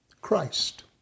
Christ